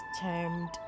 termed